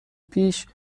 پیش